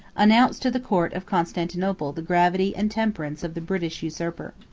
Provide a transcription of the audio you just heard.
announced to the court of constantinople the gravity and temperance of the british usurper.